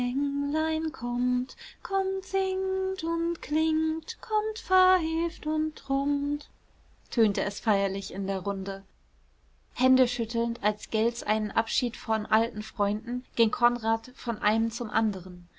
singt und klingt kommt pfeift und tromt tönte es feierlich in der runde händeschüttelnd als gält's einen abschied von alten freunden ging konrad von einem zum anderen